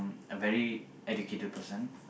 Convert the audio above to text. a very educated person